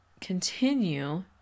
continue